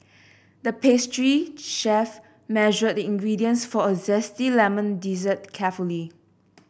the pastry chef measured the ingredients for a zesty lemon dessert carefully